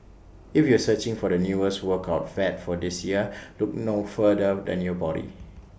if you are searching for the newest workout fad for this year look no further than your body